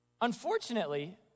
Unfortunately